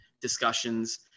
discussions